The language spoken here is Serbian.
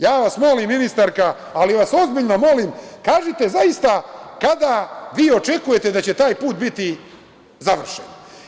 Ja vas molim, ministarka, ali vas ozbiljno molim, kažite zaista kada vi očekujete da će taj put biti završen?